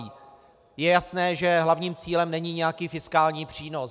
Je jasné, že hlavním cílem není nějaký fiskální přínos.